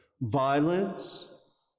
violence